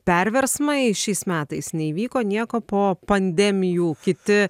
perversmai šiais metais neįvyko nieko po pandemijų kiti